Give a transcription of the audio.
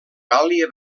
gàl·lia